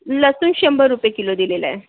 लसूण शंभर रुपये किलो दिलेला आहे